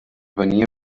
venia